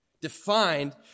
defined